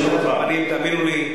אני, תאמינו לי,